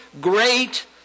great